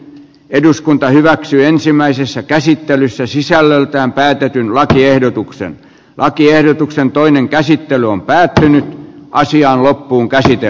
eduskunta hyväksyi ensimmäisessä käsittelyssä sisällöltään päätetyn lakiehdotuksen lakiehdotuksen toinen käsittely on päättynyt ja asia loppuunkäsite